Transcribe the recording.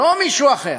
לא מישהו אחר.